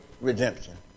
redemption